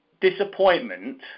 disappointment